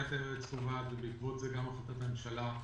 הנחיית היועץ קובעת, ובעקבות זה גם החלטת הממשלה,